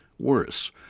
worse